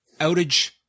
outage